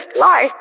life